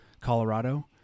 Colorado